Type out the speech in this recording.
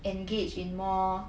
engage in more